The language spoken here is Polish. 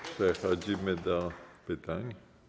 Przechodzimy do pytań.